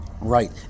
Right